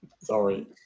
Sorry